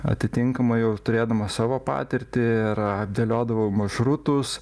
atitinkamai jau turėdamas savo patirtį ir dėliodavau maršrutus